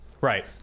Right